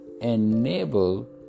enable